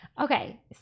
Okay